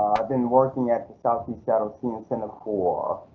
i've been working at the southeast seattle senior center for